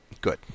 Good